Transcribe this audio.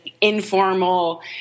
informal